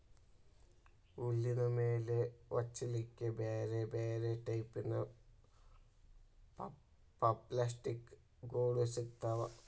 ಹುಲ್ಲಿನ ಮೇಲೆ ಹೊಚ್ಚಲಿಕ್ಕೆ ಬ್ಯಾರ್ ಬ್ಯಾರೆ ಟೈಪಿನ ಪಪ್ಲಾಸ್ಟಿಕ್ ಗೋಳು ಸಿಗ್ತಾವ